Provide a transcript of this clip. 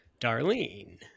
Darlene